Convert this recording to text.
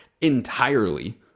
entirely